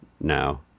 now